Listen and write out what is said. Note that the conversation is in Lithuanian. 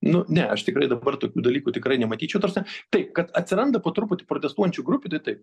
nu ne aš tikrai dabar tokių dalykų tikrai nematyčiau ta prasme taip kad atsiranda po truputį protestuojančių grupių tai taip